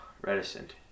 Reticent